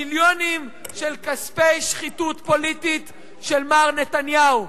מיליונים של כספי שחיתות פוליטית של מר נתניהו.